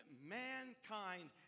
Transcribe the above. mankind